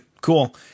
cool